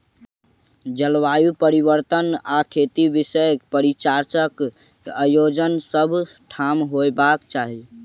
जलवायु परिवर्तन आ खेती विषयक परिचर्चाक आयोजन सभ ठाम होयबाक चाही